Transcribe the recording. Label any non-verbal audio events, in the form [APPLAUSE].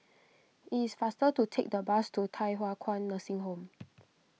[NOISE] it is faster to take the bus to Thye Hua Kwan Nursing Home